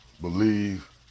believe